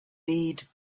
need